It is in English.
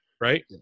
right